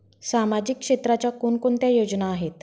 सामाजिक क्षेत्राच्या कोणकोणत्या योजना आहेत?